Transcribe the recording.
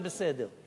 זה בסדר,